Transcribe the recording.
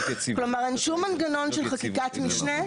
כלומר, אין שום מנגנון של חקיקת משנה.